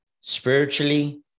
spiritually